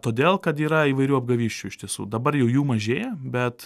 todėl kad yra įvairių apgavysčių iš tiesų dabar jau jų mažėja bet